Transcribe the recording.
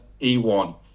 E1